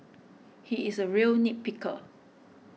he is a real nit picker